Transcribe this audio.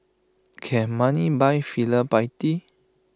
can money buy filial piety